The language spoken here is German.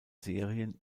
serien